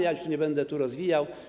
Ja już tu nie będę tego rozwijał.